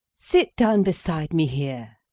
sit down beside me here.